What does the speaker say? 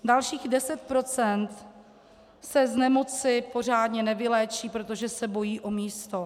Dalších 10 % se z nemoci pořádně nevyléčí, protože se bojí o místo.